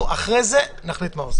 ולאחר מכן נחליט מה אנחנו עושים.